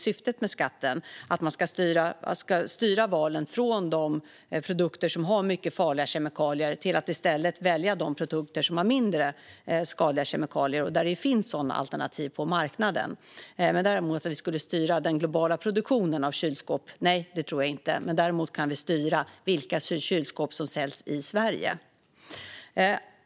Syftet med skatten är att styra valen från de produkter som innehåller mycket farliga kemikalier till att i stället välja de produkter som innehåller en mindre mängd skadliga kemikalier och där det finns sådana alternativ på marknaden. Skulle skatten styra den globala produktionen av kylskåp? Nej, det tror jag inte. Däremot kan vi styra vilka kylskåp som säljs i Sverige.